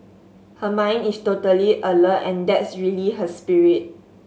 her mind is totally alert and that's really her spirit